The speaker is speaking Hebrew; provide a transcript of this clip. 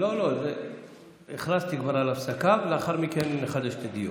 לאחר מכן נחדש את הדיון.